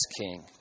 king